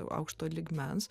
aukšto lygmens